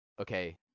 okay